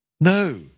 No